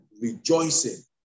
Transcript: rejoicing